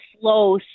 slow